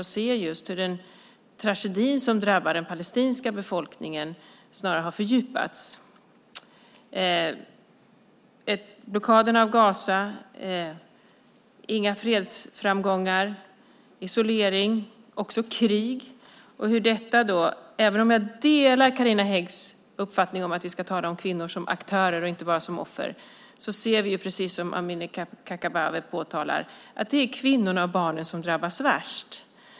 Jag kan se hur den tragedi som drabbar den palestinska befolkningen snarast har fördjupats - blockaden av Gaza, inga fredsframgångar, isolering och krig. Även om jag delar Carina Häggs uppfattning att vi ska tala om kvinnor som aktörer, inte bara som offer, ser vi, precis som Amineh Kakabaveh påtalar, att det är kvinnorna och barnen som drabbas värst.